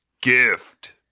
gift